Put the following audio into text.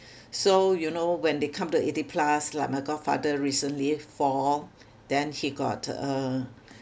so you know when they come to eighty plus like my godfather recently fall then he got uh